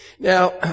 Now